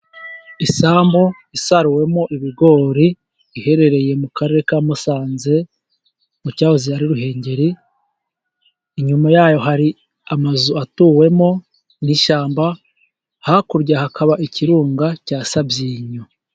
Isambu isaruwemo ibigori, iherereye mu Karere ka Musanze mu cyahoze ari Ruhengeri, inyuma yayo hari amazu atuwemo n'ishyamba hakurya hakaba ikirunga cya Sabyinyo.